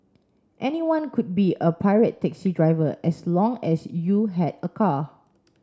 anyone could be a pirate taxi driver as long as you had a car